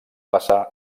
passar